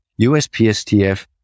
USPSTF